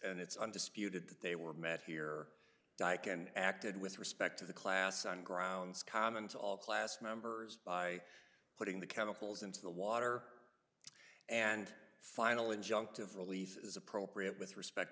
and it's undisputed that they were met here dyke and acted with respect to the class on grounds common to all class members by putting the chemicals into the water and final injunctive relief is appropriate with respect